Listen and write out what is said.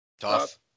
tough